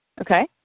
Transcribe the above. Okay